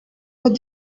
what